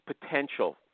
potential